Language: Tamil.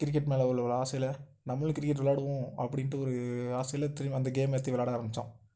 கிரிக்கெட் மேலே உள்ள ஒரு ஆசையில் நம்மளும் கிரிக்கெட் விளாடுவோம் அப்படின்ட்டு ஒரு ஆசையில் திரும்பி அந்த கேம் ஏற்றி விளாட ஆரம்பிச்சோம்